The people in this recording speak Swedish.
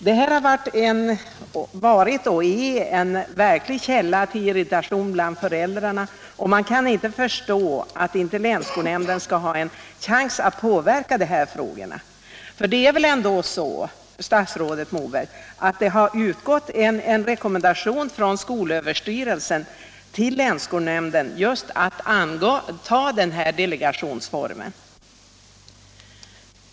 Det här har varit och är en verklig källa till irritation bland föräldrarna och man kan inte förstå att inte länsskolnämnden skall ha en chans att påverka dessa frågor. Det är väl ändå så, statsrådet Mogård, att det har utgått en rekommendation från skolöverstyrelsen till länsskolnämnden just att anta denna delegationsform.